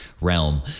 realm